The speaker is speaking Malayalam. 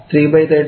332 0